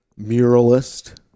muralist